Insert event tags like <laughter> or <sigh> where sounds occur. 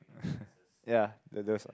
<breath> ya the girls ah